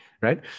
Right